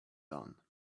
done